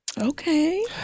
Okay